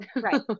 Right